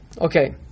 Okay